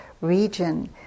region